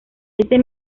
ese